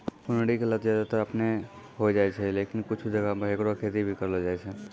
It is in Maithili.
कुनरी के लत ज्यादातर आपनै होय जाय छै, लेकिन कुछ जगह मॅ हैकरो खेती भी करलो जाय छै